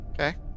Okay